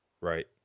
Right